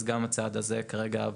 אז גם הצעד הזה כרגע עבר.